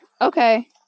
Okay